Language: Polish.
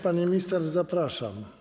Pani minister, zapraszam.